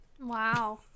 Wow